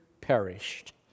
perished